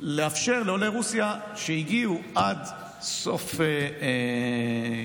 לאפשר לעולי רוסיה שהגיעו עד סוף יוני